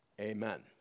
amen